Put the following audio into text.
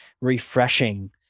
refreshing